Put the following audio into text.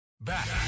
Back